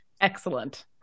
Excellent